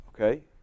okay